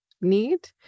need